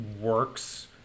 works